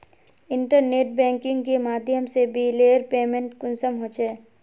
Internet banking के माध्यम से बिलेर पेमेंट कुंसम होचे?